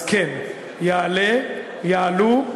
אז כן, יעלה, יעלו,